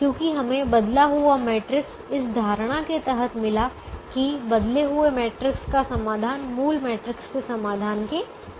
क्योंकि हमें बदला हुआ मैट्रिक्स इस धारणा के तहत मिला कि बदले हुए मैट्रिक्स का समाधान मूल मैट्रिक्स के समाधान के समान है